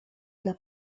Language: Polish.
dla